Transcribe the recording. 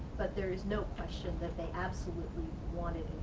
but there is no question that they absolutely want it